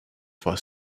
for